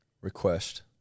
Request